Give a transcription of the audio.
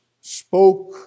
spoke